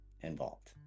involved